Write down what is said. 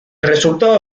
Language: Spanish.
resultado